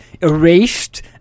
erased